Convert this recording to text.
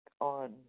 on